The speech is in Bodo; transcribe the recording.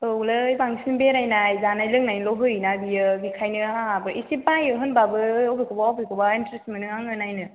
औ लै बांसिन बेरायनाय जानाय लोंनायल' होयोना बियो बेखायनो आंहाबो इसे बायो होनबाबो अबेखौबा अबेखौबा इन्टारेस्त मोनो आङो नायनो